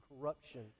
corruption